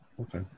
Okay